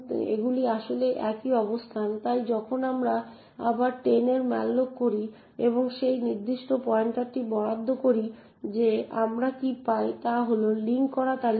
এগুলি আসলে একই অবস্থান তাই যখন আমরা আবার 10 এর malloc করি এবং সেই নির্দিষ্ট পয়েন্টারটি বরাদ্দ করি যে আমরা কী পাই তা হল লিঙ্ক করা তালিকাটি